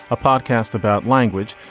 a podcast about language.